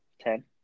Ten